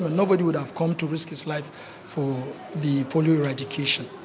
nobody would have come to risk his life for the polio eradication.